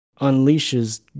unleashes